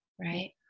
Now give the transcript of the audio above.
Right